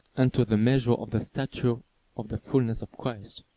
unto the measure of the stature of the fulness of christ.